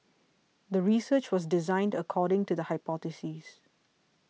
the research was designed according to the hypothesis